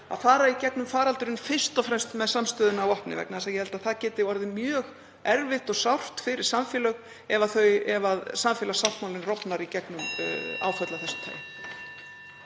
að fara í gegnum faraldurinn fyrst og fremst með samstöðuna að vopni. Ég held að það geti orðið mjög erfitt og sárt fyrir samfélög ef samfélagssáttmálinn rofnar í gegnum áföll af þessu tagi.